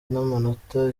n’amanota